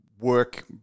work